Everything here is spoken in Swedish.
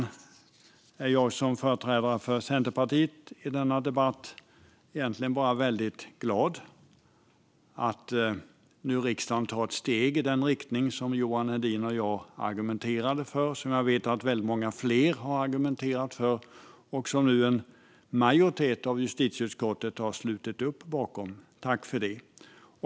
Därför är jag som företrädare för Centerpartiet i denna debatt egentligen bara väldigt glad att riksdagen nu tar ett steg i den riktning som Johan Hedin och jag argumenterade för. Jag vet att många fler har argumenterat för det, och nu har en majoritet i justitieutskottet har slutit upp bakom. Tack för det!